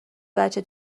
بچه